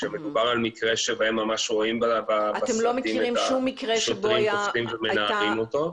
כשמדובר על מקרה שבו ממש רואים בסרטים את השוטרים תופסים ומנערים אותו.